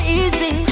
easy